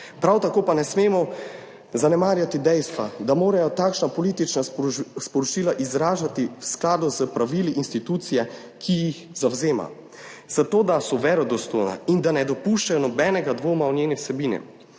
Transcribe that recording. Prav tako pa ne smemo zanemarjati dejstva, da morajo takšna politična sporočila izražati v skladu s pravili institucije, ki jih zavzema. Zato, da so verodostojna in da ne dopuščajo nobenega dvoma o njeni vsebini.